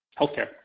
healthcare